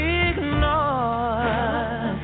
ignore